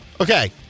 Okay